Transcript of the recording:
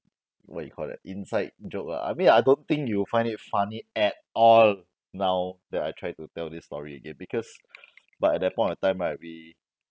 what you call that inside joke ah I mean I don't think you'll find it funny at all now that I tried to tell this story again because but at that point of time might be